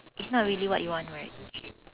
it's not really what you want right